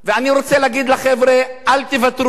אני רוצה להגיד לחבר'ה: אל תוותרו,